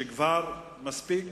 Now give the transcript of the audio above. מספיק